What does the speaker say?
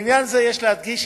לעניין זה יש להדגיש,